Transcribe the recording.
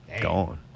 Gone